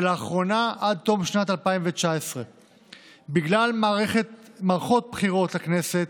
ולאחרונה עד תום שנת 2019. בגלל מערכות בחירות לכנסת,